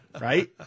right